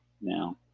now